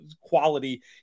quality